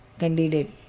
candidate